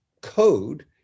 code